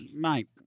mate